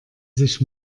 sich